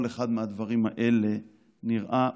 כל אחד מהדברים האלה נראה,